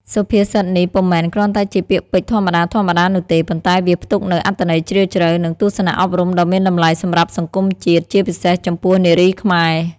សុភាសិតនេះពុំមែនគ្រាន់តែជាពាក្យពេចន៍ធម្មតាៗនោះទេ ប៉ុន្តែវាផ្ទុកនូវអត្ថន័យជ្រាលជ្រៅ និងទស្សនៈអប់រំដ៏មានតម្លៃសម្រាប់សង្គមជាតិ ជាពិសេសចំពោះនារីខ្មែរ។